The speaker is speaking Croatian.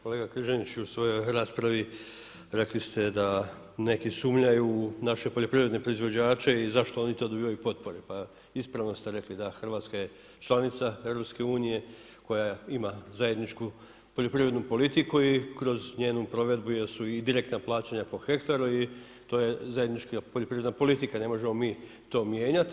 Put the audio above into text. Kolega Kiržaniću u svojoj raspravi rekli ste da neki sumnjaju u naše poljoprivredne proizvođače i zašto oni to dobivaju potpore, pa ispravno ste rekli, da Hrvatska je članica EU koja ima zajedničku poljoprivrednu politiku i kroz njenu provedbu jer su i direktna plaćanja po hektaru i to je zajednička poljoprivredna politika, ne možemo mi to mijenjati.